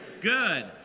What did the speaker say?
good